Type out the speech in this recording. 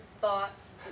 thoughts